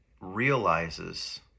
realizes